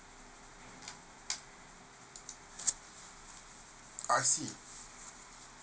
I see